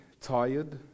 tired